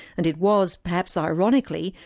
and it was, perhaps ah ironically,